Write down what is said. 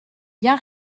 bien